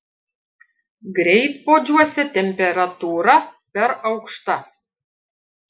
greitpuodžiuose temperatūra per aukšta